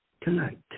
tonight